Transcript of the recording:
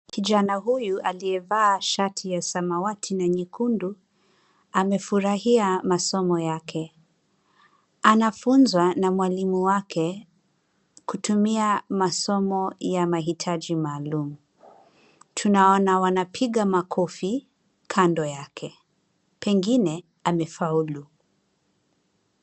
Kijana huyu aliyevaa shati ya samawati na nyekundu, amefurahia masomo yake. Anafunzwa na mwalimu wake kutumia masomo ya mahitaji maalum. Tunaona wanapiga makofi kando yake. Pengine amefaulu.